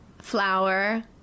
Flower